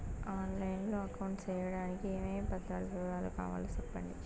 On line లో account సేయడానికి ఏమేమి పత్రాల వివరాలు కావాలో సెప్పండి?